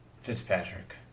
Fitzpatrick